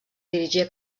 dirigia